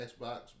Xbox